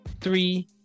three